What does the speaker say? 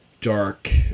Dark